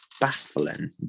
baffling